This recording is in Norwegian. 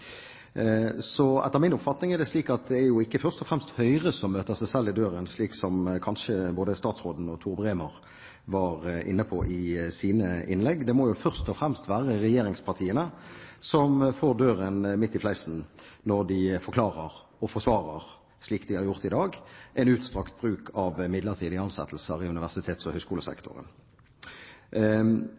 Etter min oppfatning er det ikke slik at det først og fremst er Høyre som møter seg selv i døren, slik som kanskje både statsråden og Tor Bremer var inne på i sine innlegg. Det må jo først og fremst være regjeringspartiene som får døren midt i fleisen når de forklarer og forsvarer – slik de har gjort i dag – en utstrakt bruk av midlertidige ansettelser i universitets- og